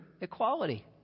equality